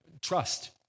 trust